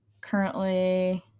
Currently